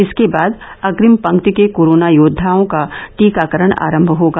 इसके बाद अग्रिम पंक्ति के कोरोना योद्दाओं का टीकाकरण आरंभ होगा